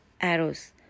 arrows